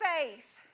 faith